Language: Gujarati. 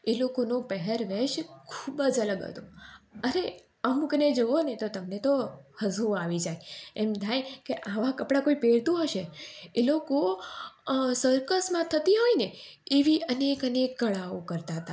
એ લોકોનો પહેરવેશ ખૂબ જ અલગ હતો અરે અમુકને જુઓને તો તમને તો હસવું આવી જાય એમ થાય કે આવા કપડાં કોઈ પહેરતું હશે એ લોકો સર્કસમાં થતી હોય ને એવી અનેક અનેક કળાઓ કરતા હતા